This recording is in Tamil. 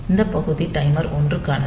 இந்த பகுதி டைமர் 1 க்கானது